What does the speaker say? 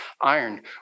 iron